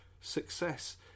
success